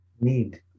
need